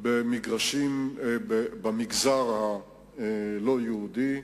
במגרשים במגזר הלא-יהודי,